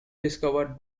discovered